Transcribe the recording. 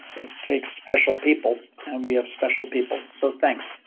it takes special people and we have special people, so thanks.